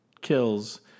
Kills